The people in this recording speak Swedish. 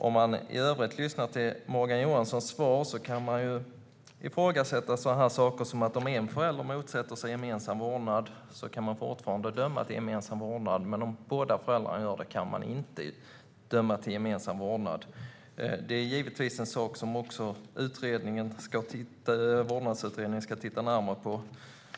När jag i övrigt lyssnar på Morgan Johanssons svar kan jag ifrågasätta sådant som att om en förälder motsätter sig gemensam vårdnad kan man fortfarande döma till gemensam vårdnad. Men om båda föräldrarna gör det kan man inte döma till gemensam vårdnad. Det är givetvis också en sak som vårdnadsutredningen ska titta närmare på.